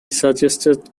suggested